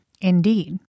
Indeed